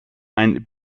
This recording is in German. ein